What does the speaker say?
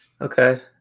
Okay